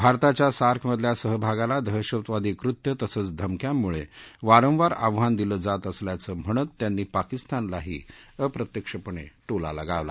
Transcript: आरताच्या सार्कमधल्या सहभागाला दहशतवादी कृत्य तसंच धमक्यांमुळखिरंवार आव्हानं दिल जात असल्याचं म्हणत त्यांनी पाकिस्तानलाही अप्रत्यक्षपण टिला लगावाला